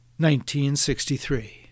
1963